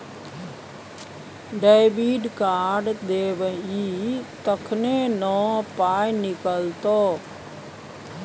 debit card देबही तखने न पाइ निकलतौ